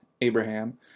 Abraham